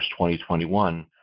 2021